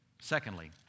Secondly